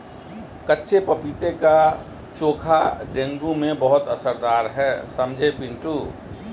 कच्चे पपीते का चोखा डेंगू में बहुत असरदार है समझे पिंटू